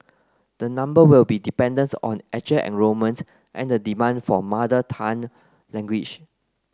the number will be dependent on actual enrolment and the demand for mother tongue language